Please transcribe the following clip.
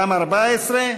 בעד, 14,